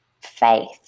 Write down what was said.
faith